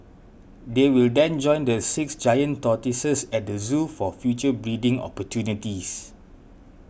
they will then join the six giant tortoises at the zoo for future breeding opportunities